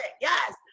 yes